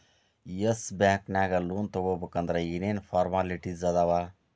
S bank ನ್ಯಾಗ್ loan ತಗೊಬೇಕಂದ್ರ ಏನೇನ್ ಫಾರ್ಮ್ಯಾಲಿಟಿಸ್ ಅದಾವ?